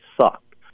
sucked